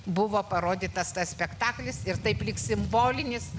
buvo parodytas tas spektaklis ir taip lyg simbolinis